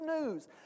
news